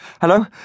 Hello